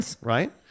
Right